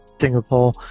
singapore